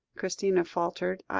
christina faltered.